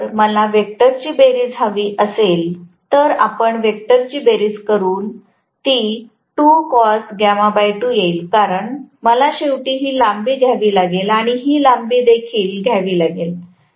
जर मला वेक्टरची बेरीज हवी असेल तर आपण वेक्टरची बेरीज करूया ती येईल कारण मला शेवटी ही लांबी घ्यावी लागेल आणि ही लांबी देखील घ्यावी लागेल